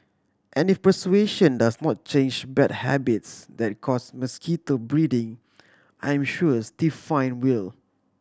and if persuasion does not change bad habits that cause mosquito breeding I am sure a stiff fine will